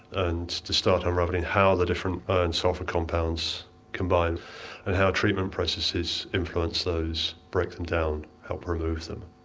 and to start unravelling how the different iron ah and sulphur compounds combine and how treatment processes influence those, break them down, help remove them.